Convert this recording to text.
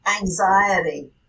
anxiety